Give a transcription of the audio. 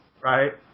right